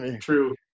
True